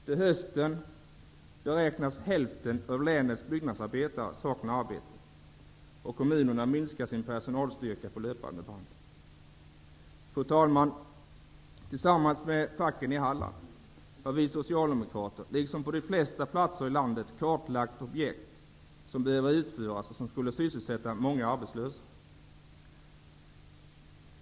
Till hösten beräknas hälften av länets byggnadsarbetare sakna arbete, och kommunerna minskar sin personalstyrka på löpande band. Fru talman! Tillsammans med facken i Halland har vi socialdemokrater liksom på de flesta platser i landet kartlagt objekt som behöver utföras och som skulle kunna sysselsätta många arbetslösa.